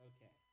Okay